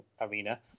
arena